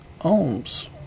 Ohms